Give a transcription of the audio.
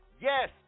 Yes